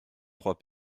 trois